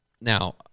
now